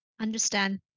Understand